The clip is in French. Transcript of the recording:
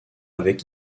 avec